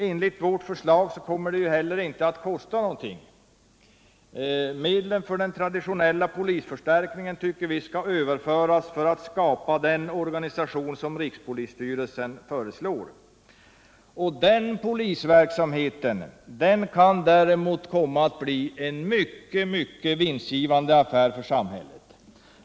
Enligt vårt förslag kommer en sådan inte att kosta någonting. Medlen för den traditionella polisförstärkningen bör enligt vår mening överföras för att skapa den organisation som rikspolisstyrelsen föreslår. Denna polisverksamhet kan komma att bli en mycket vinstgivande affär för samhället.